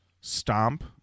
stomp